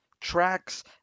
tracks